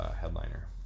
headliner